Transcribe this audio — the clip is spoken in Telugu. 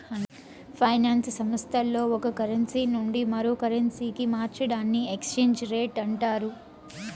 ఫైనాన్స్ సంస్థల్లో ఒక కరెన్సీ నుండి మరో కరెన్సీకి మార్చడాన్ని ఎక్స్చేంజ్ రేట్ అంటారు